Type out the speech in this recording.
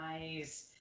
Nice